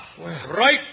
right